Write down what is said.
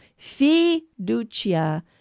fiducia